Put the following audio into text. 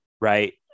right